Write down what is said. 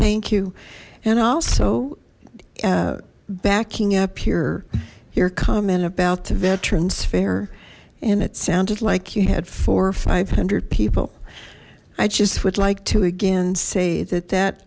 thank you and also backing up your your comment about the veterans fair and it sounded like you had four or five hundred people i just would like to again say that that